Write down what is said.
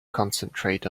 concentrate